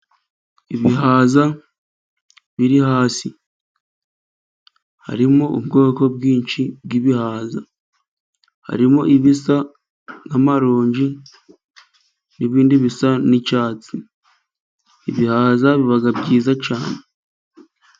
Ibihaza biri hasi harimo ubwoko bwinshi bw'ibihaza, harimo ibisa nk'amaronji n'ibindi bisa n'icyatsi. Ibihaza biba byiza cyane.